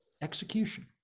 execution